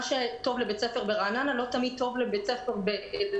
מה שטוב לבית ספר ברעננה לא תמיד טוב לבית ספר באילת,